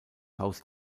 haus